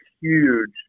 huge